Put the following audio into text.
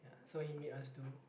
so he made us do